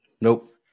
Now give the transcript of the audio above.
Nope